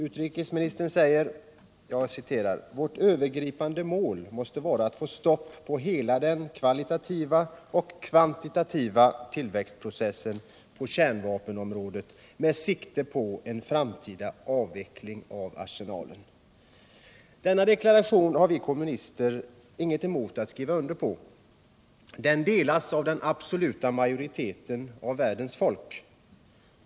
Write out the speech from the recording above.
Utrikesministern säger: ” Vårt övergripande mål måste vara att få stopp på hela den kvalitativa och kvantitativa tillväxtprocessen på kärnvapenområdet med sikte på en framtida avveckling av arsenalerna.”” Denna deklaration har vi kommunister ingenting emot att skriva under på. Den uppfattningen delas av den absoluta majoriteten av världens folk.